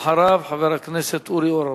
ואחריו, חבר הכנסת אורי אורבך.